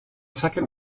second